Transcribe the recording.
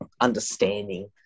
understanding